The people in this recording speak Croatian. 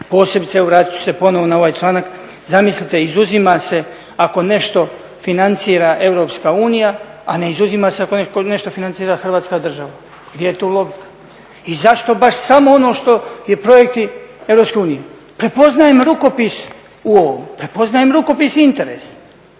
posebice evo vratit ću se ponovo na ovaj članak, zamislite izuzima se ako nešto financira EU, a ne izuzima se ako nešto financira Hrvatska država. Pa gdje je tu logika? I zašto baš samo ono što su projekti EU? Prepoznajem rukopis u ovome, prepoznajem rukopisni interes